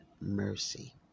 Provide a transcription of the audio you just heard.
mercy